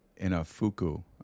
Inafuku